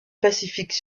pacifique